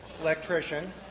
electrician